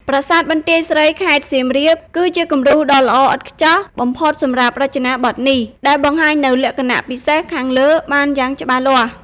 ប្រាសាទបន្ទាយស្រី (ខេត្តសៀមរាប) គឺជាគំរូដ៏ល្អឥតខ្ចោះបំផុតសម្រាប់រចនាបថនេះ ដែលបង្ហាញនូវលក្ខណៈពិសេសខាងលើបានយ៉ាងច្បាស់លាស់។